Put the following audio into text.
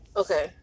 okay